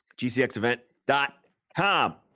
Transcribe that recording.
gcxevent.com